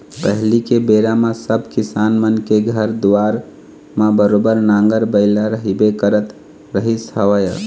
पहिली के बेरा म सब किसान मन के घर दुवार म बरोबर नांगर बइला रहिबे करत रहिस हवय